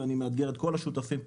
ואני מאתגר את כל השותפים פה,